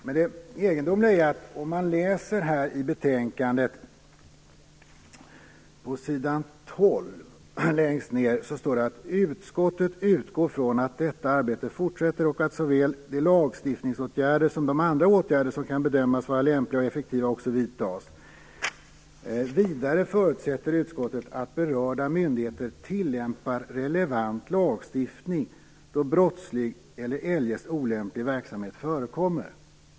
Längst ned på s. 12 i betänkandet står det: "Utskottet utgår från att detta arbete fortsätter och att såväl de lagstiftningsåtgärder som de andra åtgärder som kan bedömas vara lämpliga och effektiva också vidtas. Vidare förutsätter utskottet att berörda myndigheter tillämpar relevant lagstiftning då brottslig eller eljest olämplig verksamhet förekommer."